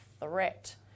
threat